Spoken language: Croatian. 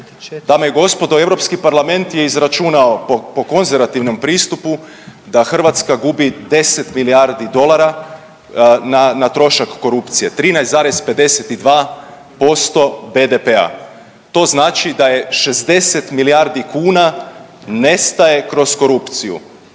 Dame i gospodo, Europski parlament je izračunao po konzervativnom pristupu da Hrvatska gubi 10 milijardi dolara na trošak korupcije 13,52% BDP-a. To znači da je 60 milijardi kuna nestaje kroz korupciju.